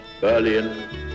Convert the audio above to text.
berlin